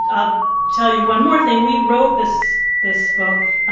ah i'll tell you one more thing. we wrote this this book,